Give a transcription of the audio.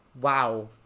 wow